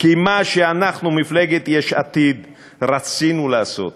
כי מה שאנחנו, מפלגת יש עתיד, רצינו לעשות,